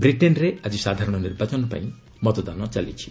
ବ୍ରିଟେନ୍ରେ ଆଜି ସାଧାରଣ ନିର୍ବାଚନ ପାଇଁ ମତଦାନ ଚାଲିଛି